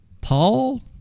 Paul